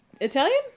Italian